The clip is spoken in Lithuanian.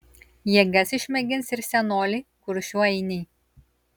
jėgas išmėgins ir senoliai kuršių ainiai